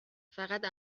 فقط